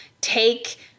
take